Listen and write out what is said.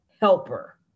helper